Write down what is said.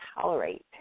tolerate